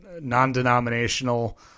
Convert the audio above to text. non-denominational